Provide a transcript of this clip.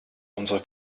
unsere